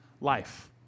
life